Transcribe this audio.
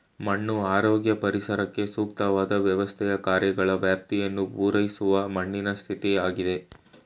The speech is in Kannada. ಮಣ್ಣು ಆರೋಗ್ಯ ಪರಿಸರಕ್ಕೆ ಸೂಕ್ತವಾದ್ ವ್ಯವಸ್ಥೆಯ ಕಾರ್ಯಗಳ ವ್ಯಾಪ್ತಿಯನ್ನು ಪೂರೈಸುವ ಮಣ್ಣಿನ ಸ್ಥಿತಿಯಾಗಿದೆ